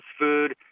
food